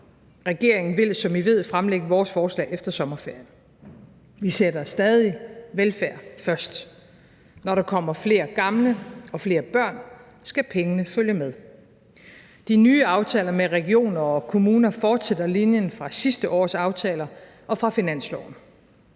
Regeringen vil, som I ved, fremlægge vores forslag efter sommerferien. Vi sætter stadig velfærd først. Når der kommer flere gamle og flere børn, skal pengene følge med. De nye aftaler med regioner og kommuner fortsætter linjen fra sidste års aftaler og fra finansloven,